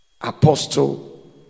Apostle